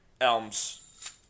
Elms